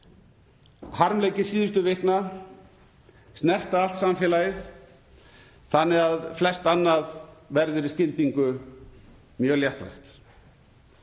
Harmleikir síðustu vikna snerta allt samfélagið þannig að flest annað verður í skyndingu mjög léttvægt.